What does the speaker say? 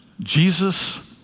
Jesus